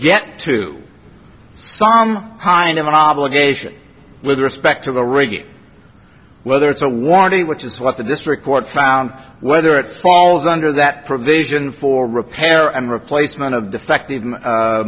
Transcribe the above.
get to some kind of an obligation with respect to the rig whether it's a warranty which is what the district court found whether it falls under that provision for repair and replacement of defective